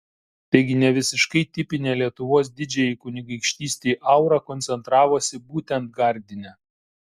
taigi ne visiškai tipinė lietuvos didžiajai kunigaikštystei aura koncentravosi būtent gardine